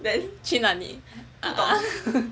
去哪里